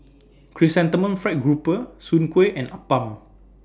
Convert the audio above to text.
Chrysanthemum Fried Grouper Soon Kueh and Appam